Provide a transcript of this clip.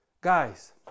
Guys